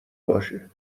باشه